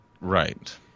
Right